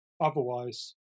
otherwise